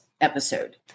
episode